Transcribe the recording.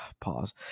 Pause